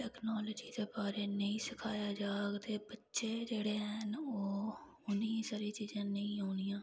technology दे बारै नेईं सखाया जा ते बच्चे जेह्ड़े हैन उनें एह् सारी चीजां नेईं औंनियां